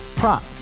prop